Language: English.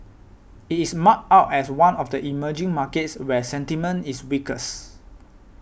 it is marked out as one of the emerging markets where sentiment is weakest